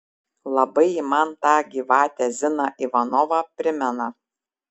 labai ji man tą gyvatę ziną ivanovą primena